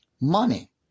money